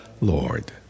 Lord